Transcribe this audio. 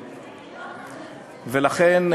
ולכן,